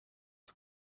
aba